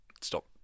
stop